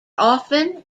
often